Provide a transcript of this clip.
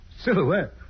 Silhouette